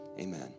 amen